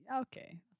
Okay